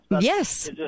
Yes